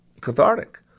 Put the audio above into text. cathartic